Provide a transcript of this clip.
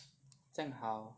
这样好